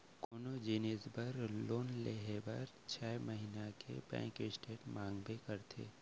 कोनो जिनिस बर लोन लेहे म छै महिना के बेंक स्टेटमेंट मांगबे करथे